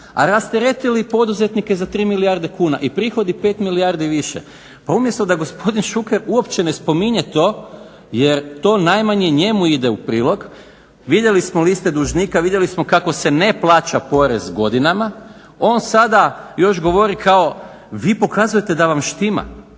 a rasteretili poduzetnike za 3 milijarde kuna i prihodi 5 milijardi više. Pa umjesto da gospodin Šuker uopće ne spominje to jer to najmanje njemu ide u prilog vidjeli smo liste dužnika, vidjeli smo kako se ne plaća porez godinama. On sada još govori kao vi pokazujete da vam štima,